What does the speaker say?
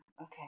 Okay